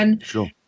Sure